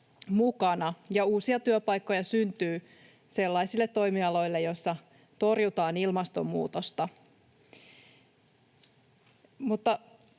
mukana, ja uusia työpaikkoja syntyy sellaisille toimialoille, joilla torjutaan ilmastonmuutosta.